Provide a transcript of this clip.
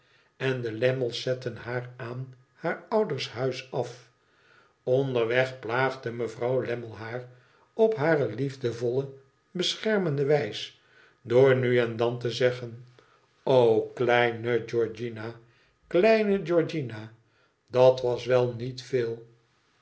en de lammle's zetten haar aan haar ouders huis af onderweg plaagde mevrouw lammie haar op hare liefdevolle beschermende wijs door nu en dan te zeggen o kleine georgiana kleine georgiana dat was wel niet veel